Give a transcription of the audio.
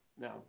now